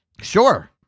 Sure